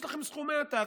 יש לכם סכומי עתק,